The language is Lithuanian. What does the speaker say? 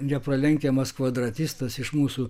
nepralenkiamas kvadratistas iš mūsų